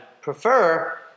prefer